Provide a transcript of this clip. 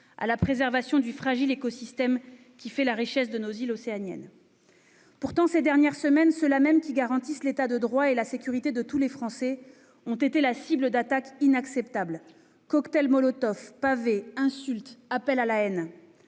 à la préservation du fragile écosystème qui fait la richesse de nos îles océaniennes. Pourtant, ces dernières semaines, ceux-là mêmes qui garantissent l'État de droit et la sécurité de tous les Français ont été la cible d'attaques inacceptables. Cocktails Molotov, pavés, insultes, appels à la haine